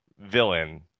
villain